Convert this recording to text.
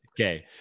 Okay